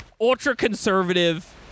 ultra-conservative